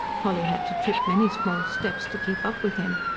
polly had to trip many small steps to keep up with him.